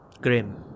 Grim